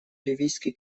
ливийский